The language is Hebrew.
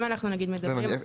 לא הבנתי.